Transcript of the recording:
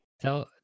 Tell